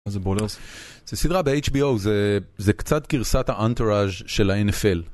זה סדרה ב-HBO, זה קצת גרסת האנטוראז' של ה-NFL.